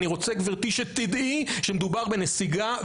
אני רוצה, גברתי, שתדעי שמדובר בנסיגה.